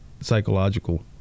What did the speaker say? psychological